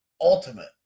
ultimate